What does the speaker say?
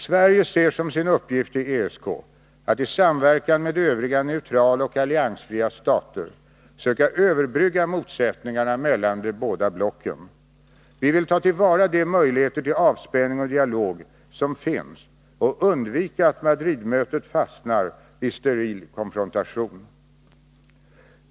Sverige ser som sin uppgift i ESK att i samverkan med övriga neutrala och alliansfria stater söka överbrygga motsättningarna mellan de båda blocken. Vi vill ta till vara de möjligheter till avspänning och dialog som finns och undvika att Madridmötet fastnar i steril konfrontation.